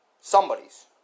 Somebody's